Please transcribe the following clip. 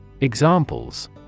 Examples